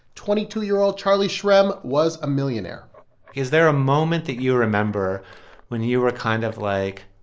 twenty-two-year-old charlie shrem was a millionaire is there a moment that you remember when you were kind of like,